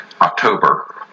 October